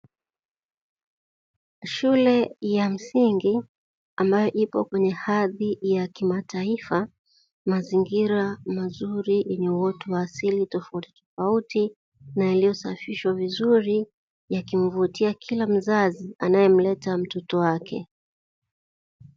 Shule ya msingi ambayo ipo kwenye hadhi ya kimataifa, mazingira mazuri yenye uoto wa asili tofautitofauti na yaliyosafishwa vizuri; yakimvutia kila mzazi anayemleta mtoto wake.